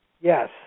Yes